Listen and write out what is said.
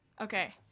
Okay